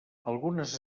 algunes